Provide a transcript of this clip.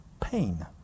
pain